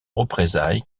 représailles